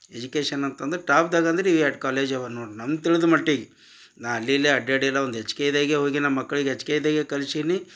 education ಅಂತಂದರೆ ಟಾಪ್ದಾಗ ಅಂದ್ರೆ ಈ ಎರಡು ಕಾಲೇಜ್ ಅವ ನೋಡ್ರಿ ನಮ್ಮ ತಿಳಿದ್ಮಟ್ಟಿಗೆ ನಾನು ಅಲ್ಲಿ ಇಲ್ಲಿ ಅಡ್ಡಾಡಿಲ್ಲ ಒಂದು ಎಚ್ ಕೆ ಇದಾಗೆ ಹೋಗಿ ನಮ್ಮ ಮಕ್ಕಳಿಗೆ ಎಚ್ ಕೆ ಇದಾಗೆ ಕಲ್ಸೀನಿ